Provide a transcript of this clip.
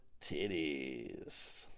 titties